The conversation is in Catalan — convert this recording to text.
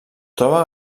troba